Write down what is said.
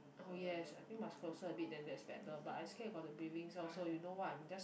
oh yes I think must closer a bit then that's better but I scared got the breathing sound so you know what I'm just